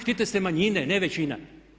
Štite se manjine, ne većina.